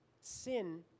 Sin